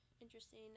interesting